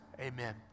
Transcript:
amen